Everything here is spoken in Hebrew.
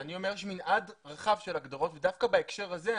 אני אומר שמנעד רחב של הגדרות ודווקא בהקשר הזה,